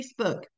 Facebook